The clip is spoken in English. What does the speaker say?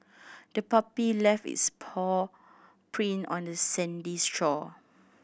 the puppy left its paw print on the sandy shore